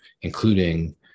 including